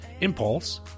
Impulse